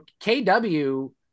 KW